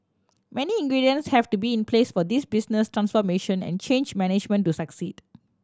many ingredients have to be in place for this business transformation and change management to succeed